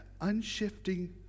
unshifting